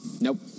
Nope